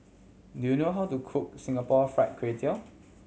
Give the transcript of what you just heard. do you know how to cook Singapore Fried Kway Tiao